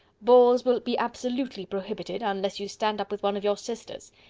balls will be absolutely prohibited, unless you stand up with one of your sisters.